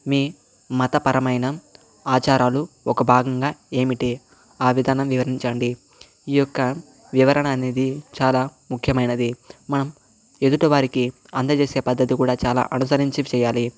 మీ మతపరమైన ఆచారాలు ఒక భాగంగా ఏమిటి ఆ విధానం వివరించండి ఈ యొక్క వివరణ అనేది చాలా ముఖ్యమైనది మనం ఎదుటివారికి అందజేసే పద్ధతి కూడా చాలా అనుసరించి చేయాలి